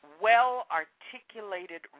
well-articulated